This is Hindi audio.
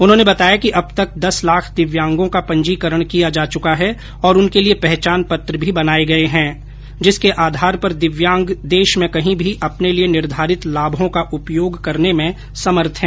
उन्होंने बताया कि अब तक दस लाख दिव्यांगों का पंजीकरण किया जा चुका है और उनके लिये पहचान पत्र भी बनाये गये हैं जिसके आधार पर दिव्यांग देश में कहीं भी अपने लिये निर्धारित लाभों का उपयोग करने में समर्थ है